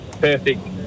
perfect